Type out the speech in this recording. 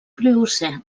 pliocè